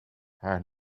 haar